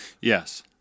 yes